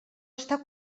estar